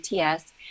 ATS